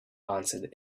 answered